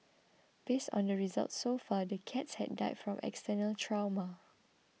based on the results so far the cats had died from external trauma